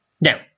Now